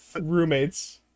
roommates